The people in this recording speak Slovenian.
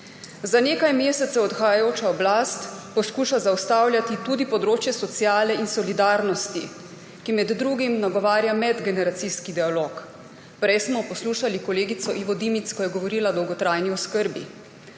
Za nekaj mesecev odhajajoča oblast poskuša zaustavljati tudi področje sociale in solidarnosti, ki med drugim nagovarja medgeneracijski dialog. Prej smo poslušali kolegico Ivo Dimic, ko je govorila o dolgotrajni oskrbi.